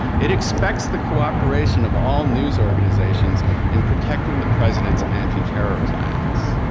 it expects the cooperation of all news organizations in protecting the president's anti-terror plans.